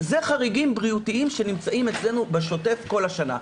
זה חריגים בריאותיים שנמצאים אצלנו בשוטף כל השנה.